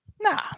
Nah